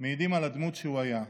מעידים על הדמות שהוא היה,